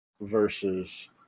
versus